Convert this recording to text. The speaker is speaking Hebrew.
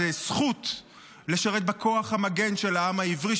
זה זכות לשרת בכוח המגן של העם העברי,